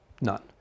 None